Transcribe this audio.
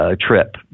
trip